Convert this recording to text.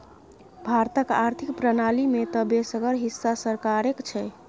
भारतक आर्थिक प्रणाली मे तँ बेसगर हिस्सा सरकारेक छै